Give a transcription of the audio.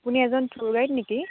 আপুনি এজন tour guide নেকি